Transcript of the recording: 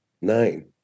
nine